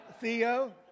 Theo